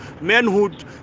Manhood